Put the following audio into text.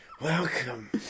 Welcome